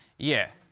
yeah.